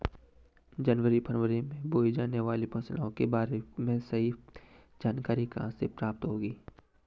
जनवरी फरवरी में बोई जाने वाली फसलों के बारे में सही जानकारी कहाँ से प्राप्त होगी?